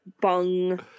Bung